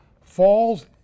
falls